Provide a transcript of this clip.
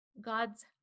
God's